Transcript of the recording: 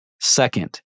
Second